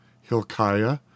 Hilkiah